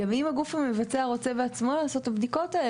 גם אם הגוף המבצע רוצה בעצמו לעשות את הבדיקות האלה,